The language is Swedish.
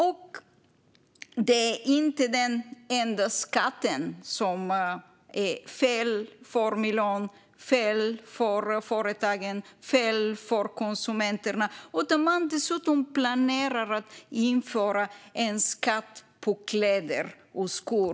Det är heller inte den enda skatt som är fel för miljön, företagen och konsumenterna. Dessutom planerar man att införa en skatt på kläder och skor.